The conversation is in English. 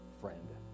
friend